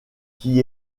qui